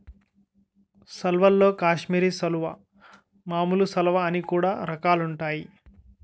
సాల్వల్లో కాశ్మీరి సాలువా, మామూలు సాలువ అని కూడా రకాలుంటాయి